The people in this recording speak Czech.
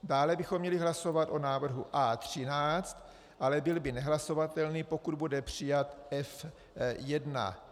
Dále bychom měli hlasovat o návrhu A13, ale byl by nehlasovatelný, pokud bude přijat F1.